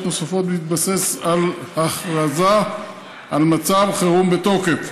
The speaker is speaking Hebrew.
נוספות בהתבסס על הכרזה על מצב חירום בתוקף,